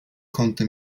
konnte